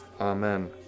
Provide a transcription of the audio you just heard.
Amen